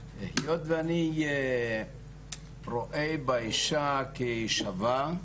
היות ואני רואה באישה כשווה,